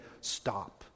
stop